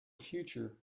future